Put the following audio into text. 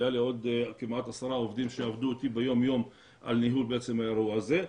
היו לי כמעט עוד עשרה עובדים שעבדו איתי ביום יום על ניהול האירוע הזה.